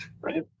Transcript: right